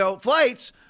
flights